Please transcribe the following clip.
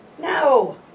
No